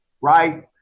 right